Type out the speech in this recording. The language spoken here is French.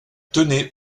tenez